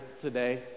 today